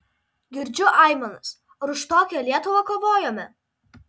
girdžiu aimanas ar už tokią lietuvą kovojome